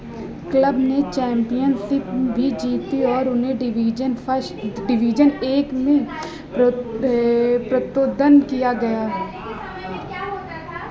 club ने championship भी जीती और उन्हें डिवीजन फस्ट डिवीजन एक में प्र प्रतोदन्न किया गया है